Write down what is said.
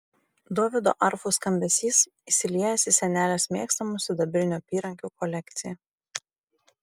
dovydo arfų skambesys įsiliejęs į senelės mėgstamų sidabrinių apyrankių kolekciją